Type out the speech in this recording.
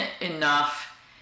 enough